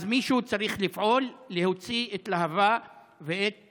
אז מישהו צריך לפעול להוציא את להב"ה ואת